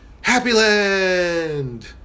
Happyland